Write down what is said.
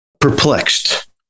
Perplexed